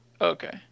Okay